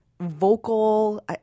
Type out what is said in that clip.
vocal